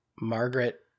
Margaret